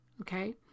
okay